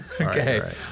Okay